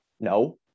No